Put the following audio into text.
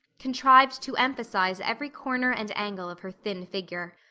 contrived to emphasize every corner and angle of her thin figure.